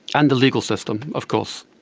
and the legal system of course.